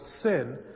sin